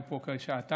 הם פה כבר שעתיים.